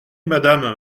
madame